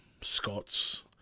Scots